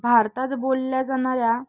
भारतात बोलल्या जाणाऱ्या